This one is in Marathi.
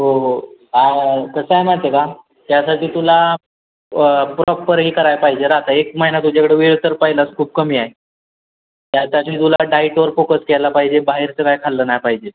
हो हो आ कसं आहे माहिती का त्यासाठी तुला प्रॉपर हे कराय पाहिजे राहता एक महिना तुझ्याकडं वेळ तर पहिलाच खूप कमी आहे त्यासाठी तुला डायटवर फोकस केला पाहिजे बाहेरचं काय खाल्लं नाही पाहिजे